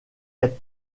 être